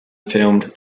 filmed